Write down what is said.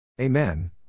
Amen